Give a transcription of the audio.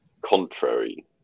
contrary